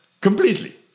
completely